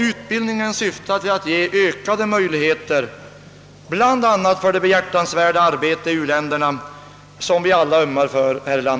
Utbildningen syftar till att ge ökade möjligheter bl.a. för det behjärtansvärda arbete i u-länderna som vi alla ömmar för.